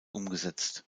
umgesetzt